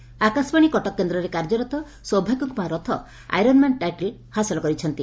iron man Akashvani Cuttack କେନ୍ଦ୍ରରେ କାର୍ଯ୍ୟରତ Saubhagya Kumar Rath iron man title ହାସଲ କରିଛନ୍ତି